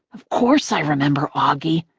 of course i remember, auggie,